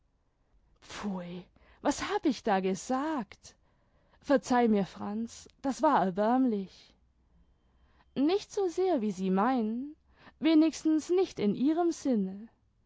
pfui was hab ich da gesagt verzeih mir franz das war erbärmlich nicht so sehr wie sie meinen wenigstens nicht in ihrem sinne